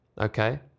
Okay